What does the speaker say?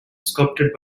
sculpted